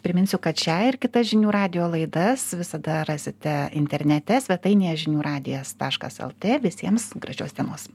priminsiu kad šią ir kitą žinių radijo laidas visada rasite internete svetainėje žinių radijas taškas lt visiems gražios dienos